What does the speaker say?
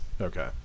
okay